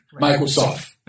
Microsoft